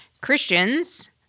Christians